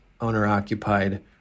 owner-occupied